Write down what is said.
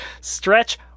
Stretch